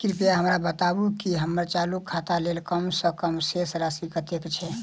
कृपया हमरा बताबू की हम्मर चालू खाता लेल कम सँ कम शेष राशि कतेक छै?